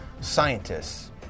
scientists